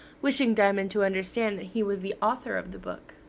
wishing diamond to understand that he was the author of the book.